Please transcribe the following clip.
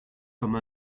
comme